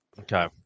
okay